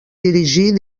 dirigir